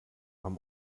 haben